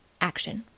action.